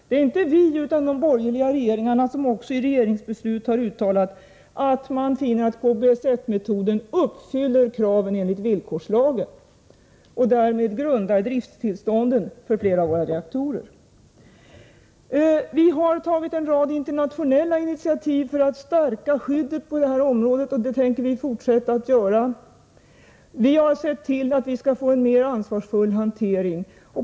Det är inte vi utan de borgerliga regeringarna som i regeringsbeslut har uttalat att man finner att KBS-1-metoden uppfyller kraven enligt villkorslagen och som därmed lagt grunden för driftstillstånden för flera av våra reaktorer. Vi har tagit en rad internationella initiativ för att stärka skyddet på det här området, och det kommer vi även fortsättningsvis att göra. Vi har sett till att vi skall få en mer ansvarsfull hantering.